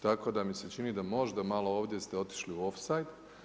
Tako da mi se čini da možda malo ovdje ste otišli u ofsajd.